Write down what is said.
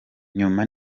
nyuma